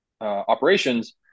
operations